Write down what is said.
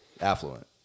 affluent